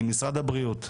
אם משרד הבריאות,